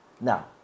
now